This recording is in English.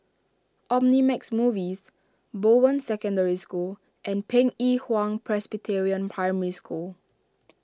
Omnimax Movies Bowen Secondary School and Pei E Hwa Presbyterian Primary School